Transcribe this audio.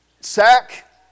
sack